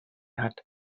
hat